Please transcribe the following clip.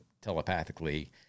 telepathically